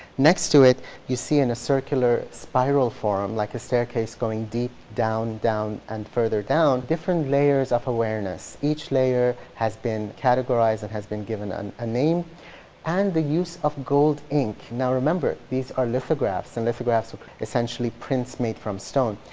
next to it you see in a circular spiral form, like a staircase going deep down, down, and further down, different layers of awareness. each layer has been categorized, it and has been given ah a name and the use of gold ink. now remember, these are lithographs and lithographs are essentially prints made from stone.